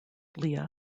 leah